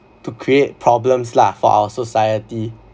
to create problems lah for our society